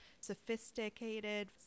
sophisticated